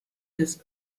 des